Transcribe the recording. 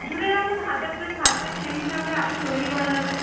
ধরে রাখুন হাজার জন থাকবেন সেই হিসেবে আপনি তৈরি করে নেবেন